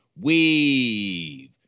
Weave